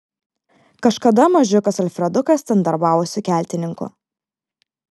kažkada mažiukas alfredukas ten darbavosi keltininku